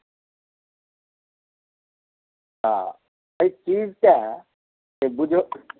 हँ एहि चीजकेँ से बुझक